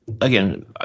again